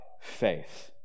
faith